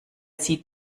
sie